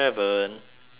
eight